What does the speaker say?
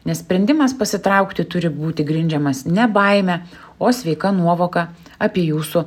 nes sprendimas pasitraukti turi būti grindžiamas ne baime o sveika nuovoka apie jūsų